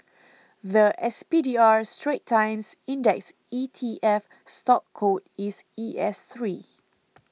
the S P D R Straits Times Index E T F stock code is E S three